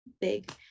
big